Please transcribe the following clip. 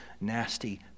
nasty